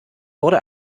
wurde